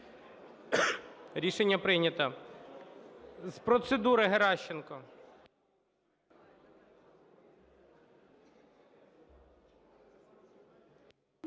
Рішення прийнято. З процедури – Геращенко.